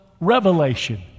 revelation